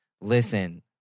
Listen